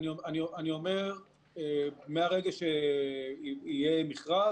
מהרגע שיהיה מכרז,